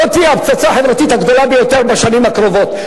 זאת תהיה הפצצה החברתית הגדולה ביותר בשנים הקרובות.